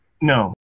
No